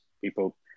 people